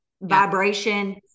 vibration